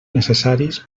necessaris